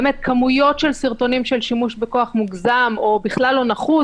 באמת כמויות של סרטונים של שימוש בכוח מוגזם או בכלל לא נחוץ,